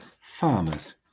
farmers